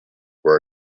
were